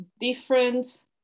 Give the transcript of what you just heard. different